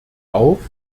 auf